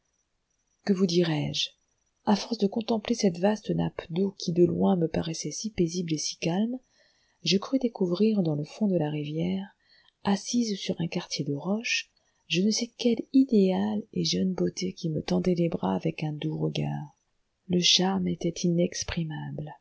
que vous dirai-je à force de contempler cette vaste nappe d'eau qui de loin me paraissait si paisible et si calme je crus découvrir dans le fond de la rivière assise sur un quartier de roche je ne sais quelle idéale et jeune beauté qui me tendait les bras avec un doux regard le charme était